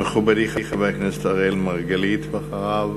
מכובדי, חבר הכנסת אראל מרגלית, ואחריו,